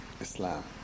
Islam